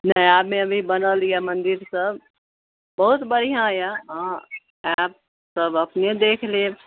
नयामे भी बनल अछि मन्दिर सब बहुत बढ़िऑं अछि अहाँ आयब सब अपने देख लेब